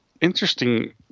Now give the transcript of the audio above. interesting